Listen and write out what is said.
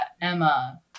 Emma